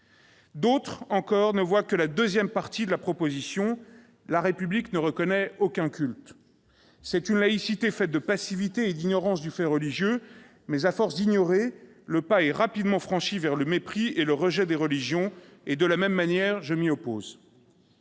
D'autres, encore, ne voient que la deuxième partie de la proposition : la République ne reconnaît aucun culte. C'est une laïcité faite de passivité et d'ignorance du fait religieux. Cependant, à force d'ignorer, le pas est rapidement franchi vers le mépris et le rejet des religions. De la même manière, je m'y oppose.